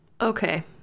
Okay